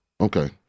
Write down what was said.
Okay